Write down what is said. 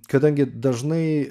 kadangi dažnai